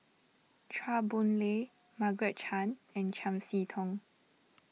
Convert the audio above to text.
Chua Boon Lay Margaret Chan and Chiam See Tong